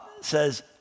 says